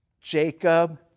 Jacob